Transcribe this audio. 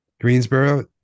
Greensboro